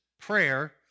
prayer